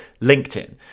LinkedIn